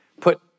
put